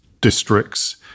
districts